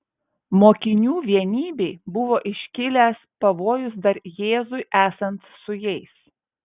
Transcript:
mokinių vienybei buvo iškilęs pavojus dar jėzui esant su jais